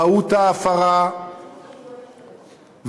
מהות ההפרה ועוד.